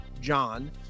John